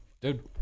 dude